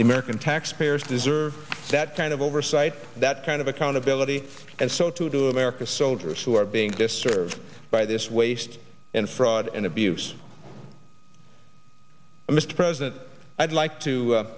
the american taxpayers deserve that kind of oversight that kind of accountability and so to two american soldiers who are being disserve by this waste and fraud and abuse mr president i'd like to